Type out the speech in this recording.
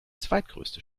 zweitgrößte